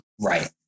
Right